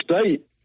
State